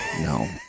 No